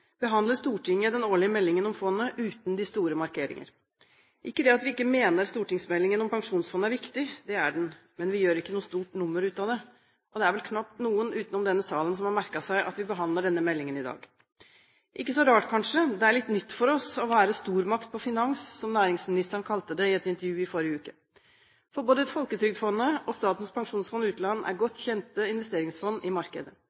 behandler Stortinget den årlige meldingen om fondet uten de store markeringer. Ikke det at vi ikke mener stortingsmeldingen om pensjonsfondet er viktig – det er den – men vi gjør ikke noe stort nummer ut av det, og det er vel knapt noen utenom denne salen som har merket seg at vi behandler denne meldingen i dag. Ikke så rart, kanskje – det er litt nytt for oss å være «stormakt innen finans», som næringsministeren kalte det i et intervju i forrige uke. For både Folketrygdfondet og Statens pensjonsfond utland er godt kjente investeringsfond i markedet.